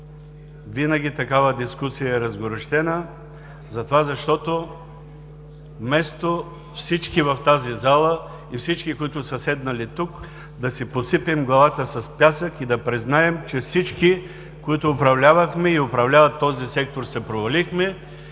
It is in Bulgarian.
Винаги такава дискусия е разгорещена, защото вместо всички в тази зала и всички, които са седнали тук, да си посипем главата с пясък и да признаем, че всички, които управлявахме и управляват този сектор, се провалихме,